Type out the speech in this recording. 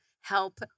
help